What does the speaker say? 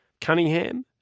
Cunningham